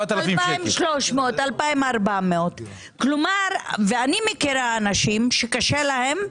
2,300, 2,400. ואני מכירה אנשים, שקשה להם,